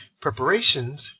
preparations